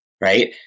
right